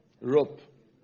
rope